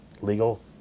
legal